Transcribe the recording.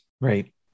Right